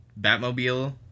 Batmobile